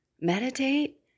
meditate